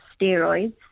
steroids